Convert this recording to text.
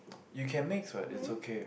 you can mix what it's okay